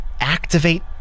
activate